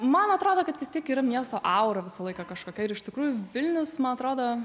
man atrodo kad vis tik yra miesto aura visą laiką kažkokia ir iš tikrųjų vilnius man atrodo